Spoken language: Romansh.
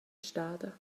stada